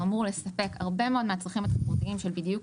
הוא אמור לספק הרבה מאוד מהצרכים של המשתמשים